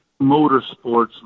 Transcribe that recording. motorsports